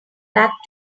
back